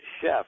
chef